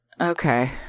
okay